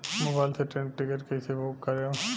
Mobile से train के ticket कैसे बूक करेम?